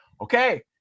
okay